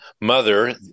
mother